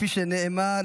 כפי שנאמר,